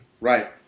Right